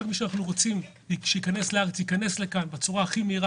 שרק מי שאנחנו רוצים שייכנס לארץ ייכנס בצורה מהירה,